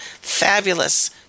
fabulous